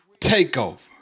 takeover